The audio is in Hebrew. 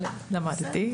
אבל למדתי,